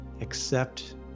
Accept